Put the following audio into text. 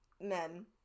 men